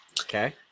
Okay